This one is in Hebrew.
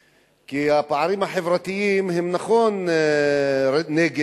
כמעט, כי הפערים החברתיים הם, נכון, נגד